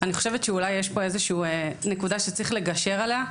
אני חושבת שאולי יש פה נקודה שצריך לגשר עליה,